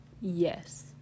Yes